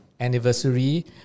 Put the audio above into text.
anniversary